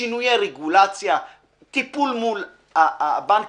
שינויי רגולציה וטיפול מול הבנקים.